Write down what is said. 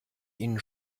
ihnen